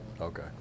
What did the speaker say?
Okay